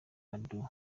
koudou